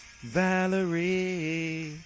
Valerie